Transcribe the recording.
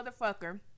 motherfucker